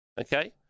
okay